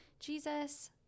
Jesus